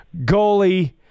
goalie